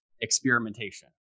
experimentation